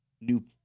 new